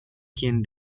quien